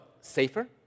safer